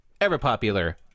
ever-popular